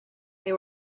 they